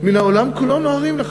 מן העולם כולו נוהרים לכאן.